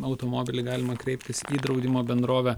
automobilį galima kreiptis į draudimo bendrovę